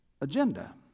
agenda